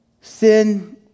Sin